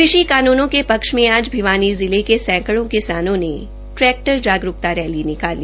कृषि कानूनों के क्ष में आज भिवानी जिले के सैकड़ों किसानों ने ट्रैक्टर जागरूक्ता रैली निकाली